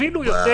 אפילו יותר,